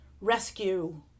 rescue